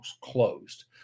closed